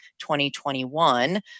2021